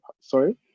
Sorry